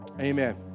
Amen